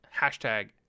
Hashtag